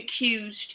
accused